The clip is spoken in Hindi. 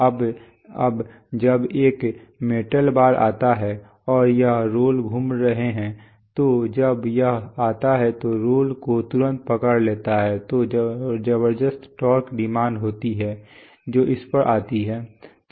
अब अब जब एक मेटल बार आता है और यहां रोल्स घूम रहे हैं तो जब यह आता है तो रोल को तुरंत पकड़ लेता है तो जबरदस्त टॉर्क डिमांड होती है जो इस पर आती है